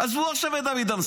עזבו עכשיו את דוד אמסלם,